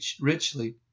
richly